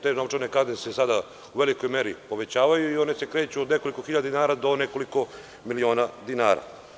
Te novčane kazne se sada u velikoj meri povećavaju i one se kreću od nekoliko hiljada dinara do nekoliko miliona dinara.